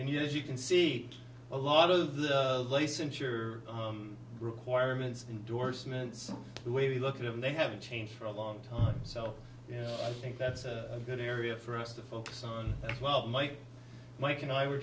maybe as you can see a lot of the licensure requirements endorsements the way we look at them they haven't changed for a long time so you know i think that's a good area for us to focus on as well mike mike and i were